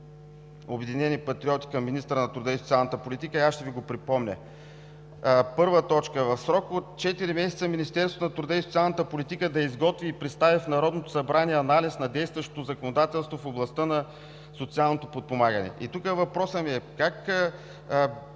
„Обединени патриоти“ към министъра на труда и социалната политика? Ще Ви го припомня: „1. В срок от четири месеца Министерството на труда и социалната политика да изготви и представи в Народното събрание анализ на действащото законодателство в областта на социалното подпомагане“. Тук въпросът ми е: как